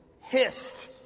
hissed